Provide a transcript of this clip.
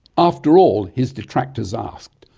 after all his detractors asked,